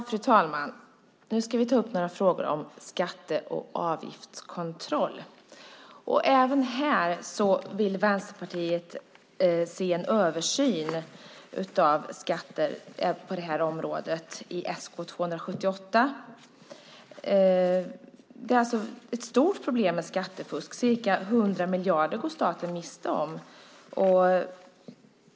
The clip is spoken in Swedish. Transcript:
Fru talman! Nu ska vi ta upp några frågor om skatte och avgiftskontroll. Även på det här området vill Vänsterpartiet i Sk278 se en översyn av skatter. Det är alltså ett stort problem med skattefusk, ca 100 miljarder går staten miste om.